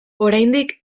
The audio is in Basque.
oraindik